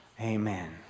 Amen